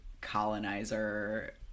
colonizer